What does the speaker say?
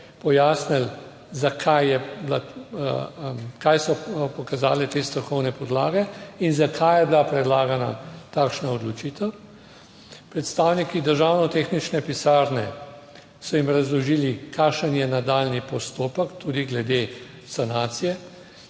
je bila, kaj so pokazale te strokovne podlage in zakaj je bila predlagana takšna odločitev. Predstavniki Državno tehnične pisarne so jim razložili, kakšen je nadaljnji postopek, tudi glede sanacije.